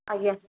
ଆଜ୍ଞା